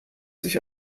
sich